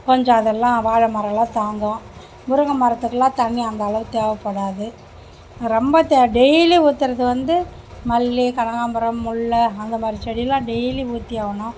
கொஞ்சம் அதெல்லாம் வாழை மரோம்லாம் தாங்கும் முருங்கை மரத்துக்குலாம் தண்ணி அந்தளவு தேவைப்படாது ரொம்ப தே டெய்லி ஊற்றுறது வந்து மல்லி கனகாம்பரம் முல்லை அந்தமாதிரி செடிலாம் டெய்லி ஊற்றியாவணும்